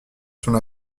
sont